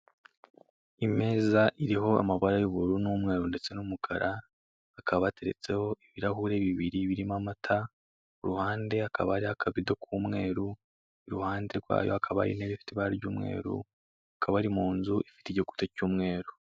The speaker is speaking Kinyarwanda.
Imeza iriho amabara y'ubururu n'umweru ndetse n'umukara, hakaba ateretseho ibirahuri bibiri birimo amata, ku ruhande hakaba hariho akabido k'umweru, iruhande rwayo hakaba hari intebe ifite ibara ry'umweru, hakaba ari mu nzu ifite igikuta cy'umweru.